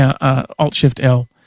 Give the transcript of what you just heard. Alt-Shift-L